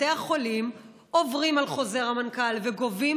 בתי החולים עוברים על חוזר המנכ"ל וגובים